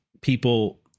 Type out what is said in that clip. people